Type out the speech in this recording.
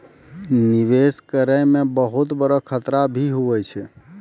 निवेश करै मे बहुत बड़ो खतरा भी हुवै छै